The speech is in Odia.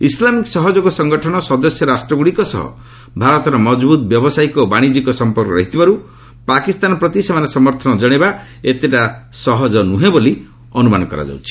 ଇସ୍ଲାମିକ ସହଯୋଗ ସଙ୍ଗଠନ ସଦସ୍ୟ ରାଶଷ୍ଟ୍ରଗୁଡ଼ିକ ସହ ଭାରତର ମଜବୁତ୍ ବ୍ୟାବସାୟିକ ଓ ବାଣିଜ୍ୟିକ ସମ୍ପର୍କ ରହିଥିବାରୁ ପାକିସ୍ତାନ ପ୍ରତି ସେମାନେ ସମର୍ଥନ ଜଣାଇବା ଏତେଟା ସହଜ ନୁହେଁ ବୋଲି ଅନୁମାନ କରାଯାଉଛି